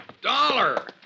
Dollar